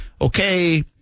okay